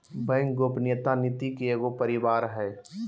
bank गोपनीयता नीति के एगो परिवार हइ